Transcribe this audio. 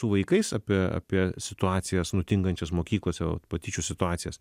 su vaikais apie apie situacijas nutinkančias mokyklose patyčių situacijas